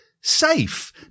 safe